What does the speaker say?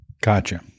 Gotcha